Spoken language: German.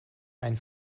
ein